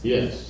Yes